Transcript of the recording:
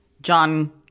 John